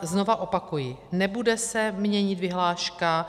Znova opakuji, nebude se měnit vyhláška.